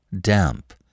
damp